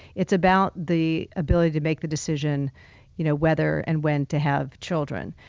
it's about the ability to make the decision you know whether and when to have children.